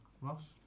Ross